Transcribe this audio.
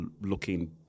looking